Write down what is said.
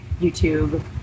YouTube